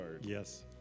Yes